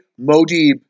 Modib